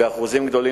באחוזים גדולים,